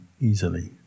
easily